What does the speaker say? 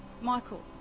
Michael